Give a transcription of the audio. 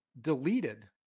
deleted